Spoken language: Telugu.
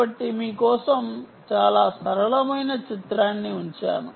కాబట్టి మీ కోసం చాలా సరళమైన చిత్రాన్ని ఉంచాను